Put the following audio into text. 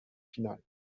final